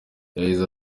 yagize